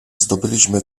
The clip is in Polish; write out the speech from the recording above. zdobyliśmy